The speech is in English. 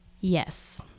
yes